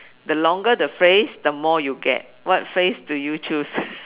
the longer the phrase the more you get what phrase do you choose